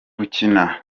gukina